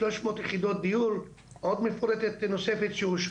שלוש מאות יחידות דיור מאוד מפורטת ושאושרה.